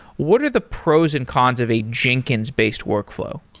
what are the pros and cons of a jenkins-based workflow?